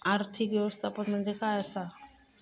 आर्थिक व्यवस्थापन म्हणजे काय असा?